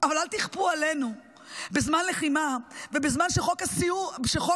אבל אל תכפו אותו עלינו בזמן לחימה ובזמן שחוק הגיוס,